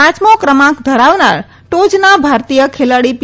પાંચમી ક્રમાંક ધરાવનાર ટોચના ભારતીય ખેલાડી પી